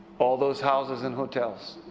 all those houses and hotels.